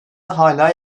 hala